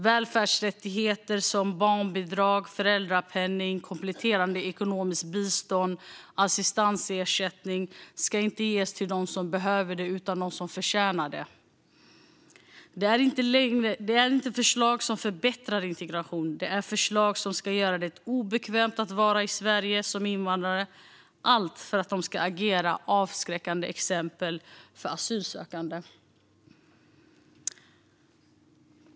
Välfärdsrättigheter som barnbidrag, föräldrapenning, kompletterande ekonomiskt bistånd och assistansersättning ska inte ges till dem som behöver det utan till dem som förtjänar det. Detta är inte förslag som förbättrar integrationen. Det är förslag som ska göra det obekvämt att vara i Sverige som invandrare - allt för att statuera avskräckande exempel för asylsökande.